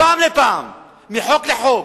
מפעם לפעם, מחוק לחוק,